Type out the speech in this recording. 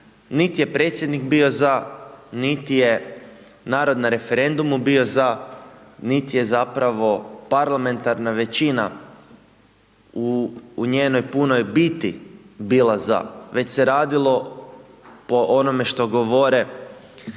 Niti je predsjednik bio za, niti je narod na referendumu bio za, niti je zapravo parlamentarna većina u njenoj punoj biti bila za, već se radilo po onome što govore